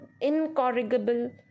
incorrigible